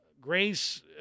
Grace